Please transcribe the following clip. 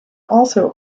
also